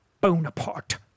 Bonaparte